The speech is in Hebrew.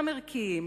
גם ערכיים,